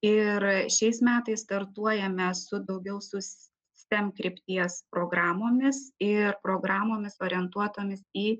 ir šiais metais startuojame su daugiau su stem krypties programomis ir programomis orientuotomis į